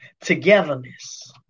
togetherness